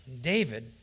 David